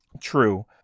True